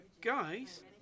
guys